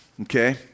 okay